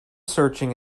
searching